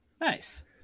Nice